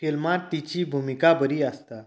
फिल्मांत तिची भुमिका बरी आसता